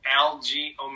algae